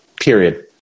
period